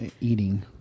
eating